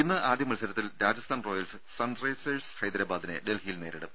ഇന്ന് ആദ്യ മത്സരത്തിൽ രാജസ്ഥാൻ റോയൽസ് സൺറൈസേഴ്സ് ഹൈദരാബാദിനെ ഡൽഹിയിൽ നേരിടും